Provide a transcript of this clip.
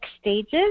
stages